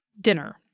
dinner